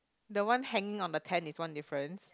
the one hanging on the tent is one difference